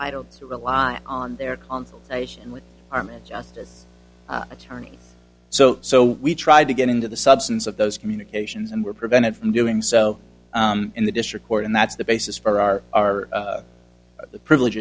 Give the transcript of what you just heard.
don't rely on their consultation with armand just as an attorney so so we tried to get into the substance of those communications and were prevented from doing so in the district court and that's the basis for our our the privilege